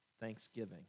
thanksgiving